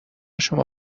شما